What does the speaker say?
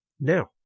Now